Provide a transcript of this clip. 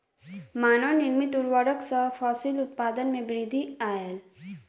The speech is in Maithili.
मानव निर्मित उर्वरक सॅ फसिल उत्पादन में वृद्धि आयल